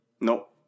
Nope